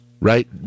Right